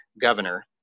governor